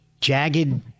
jagged